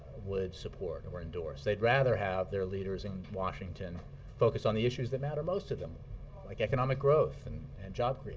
would support or endorse. they'd rather have their leaders in washington focus on the issues that matter most to them like economic growth and and job